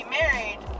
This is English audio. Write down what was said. married